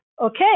Okay